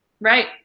Right